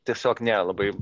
tiesiog ne labai